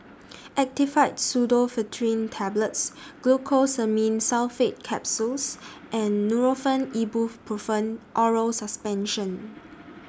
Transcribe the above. Actifed Pseudoephedrine Tablets Glucosamine Sulfate Capsules and Nurofen Ibuprofen Oral Suspension